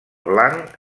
blanc